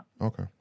Okay